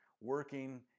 working